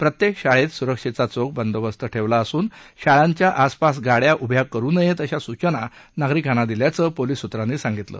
प्रत्येक शाळेत सुरक्षेचा चोख बंदोबस्त ठेवण्यात आला असून शाळांच्या आसपास गाड्या उभ्या करू नयेत अशा सूचना नागरिकांना दिल्याचं पोलीस सूत्रांनी सांगितलं